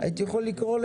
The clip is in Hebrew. רפורמה?